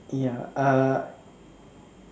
ya uh